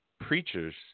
preachers